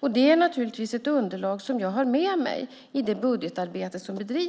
Det är naturligtvis ett underlag som jag har med mig i det budgetarbete som bedrivs.